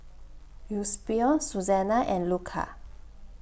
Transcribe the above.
Eusebio Susanna and Luca